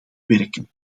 werken